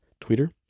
Twitter